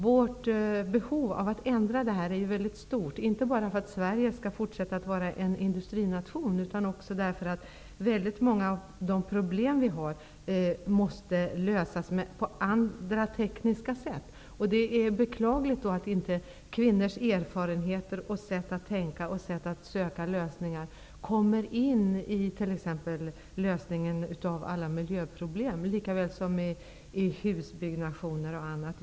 Vårt behov av att ändra detta är ju mycket stort, inte bara därför att Sverige skall fortsätta att vara en industrination utan också därför att många av de problem som vi har måste lösas på andra tekniska sätt. Det är då beklagligt att kvinnors erfarenheter, sätt att tänka på och sätt att söka lösningar på inte kommer in i lösningen av miljöproblem, husbyggen, osv.